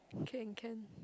can can